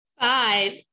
Five